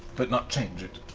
but not change it.